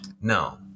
no